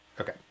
Okay